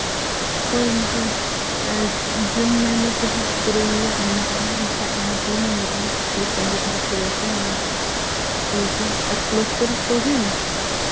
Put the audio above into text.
ᱦᱳᱭ ᱢᱮᱱᱠᱷᱟᱱ ᱡᱩᱱ ᱢᱟᱹᱦᱱᱟᱹ ᱛᱮᱦᱟᱸᱜ ᱯᱩᱨᱟᱹᱣ ᱨᱮᱭᱟᱜ ᱢᱮᱱᱟᱜᱼᱟ ᱮᱱᱠᱷᱟᱱ ᱚᱱᱟ ᱛᱮᱞᱤᱧ ᱢᱮᱱᱮᱫᱼᱟ ᱡᱮ ᱥᱚᱸᱜᱮ ᱫᱷᱟᱨᱟ ᱯᱩᱨᱟᱹᱣ ᱯᱮ ᱱᱚᱣᱟ ᱤᱭᱟᱹ ᱠᱚ ᱟᱨ ᱯᱞᱟᱥᱴᱟᱨ ᱠᱚ ᱦᱩᱭᱱᱟ